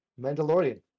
Mandalorian